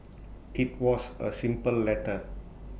IT was A simple letter